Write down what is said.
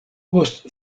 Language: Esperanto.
post